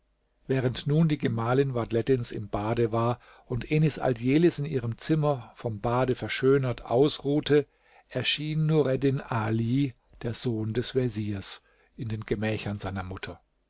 während nun die gemahlin vadhleddins im bade war und enis aldjelis in ihrem zimmer vom bade verschönert ausruhte erschien nureddin ali der sohn des veziers in den gemächern seiner mutter